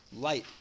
light